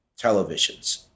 televisions